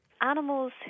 Animals